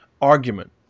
argument